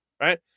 right